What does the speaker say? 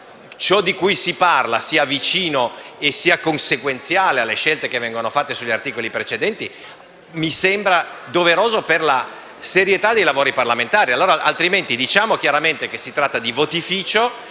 ciò di cui si parla deve essere vicino e conseguenziale alle scelte fatte sugli articoli precedenti. Ciò mi sembra doveroso per la serietà dei lavori parlamentari, altrimenti diciamo chiaramente che si tratta di votificio